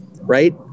Right